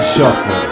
Shuffle